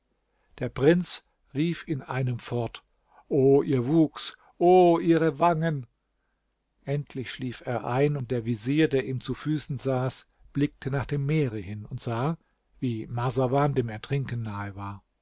der prinz rief in einem fort o ihr wuchs o ihre wangen endlich schlief er ein und der vezier der ihm zu füßen saß blickte nach dem meere hin und sah wie marsawan dem ertrinken nahe war